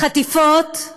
חטיפות?